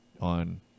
on